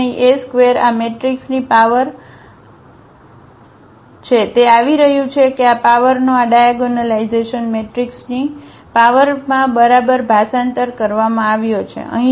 તેથી અહીં A ² આ મેટ્રિક્સની પાવર આ મેટ્રિક્સની 2 પાવર છે તે આવી રહ્યું છે કે આ પાવરનો આ ડાયાગોનલાઇઝેશન મેટ્રિક્સની પાવરમાં બરાબર ભાષાંતર કરવામાં આવ્યો છે